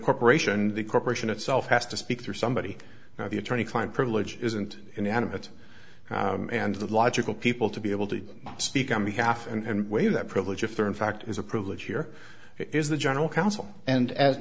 corporation and the corporation itself has to speak for somebody now the attorney client privilege isn't inanimate and the logical people to be able to speak on behalf and way that privilege if they're in fact is a privilege here is the general counsel and as